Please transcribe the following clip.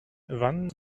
wann